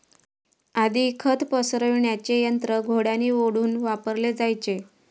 आधी खत पसरविण्याचे यंत्र घोड्यांनी ओढून वापरले जायचे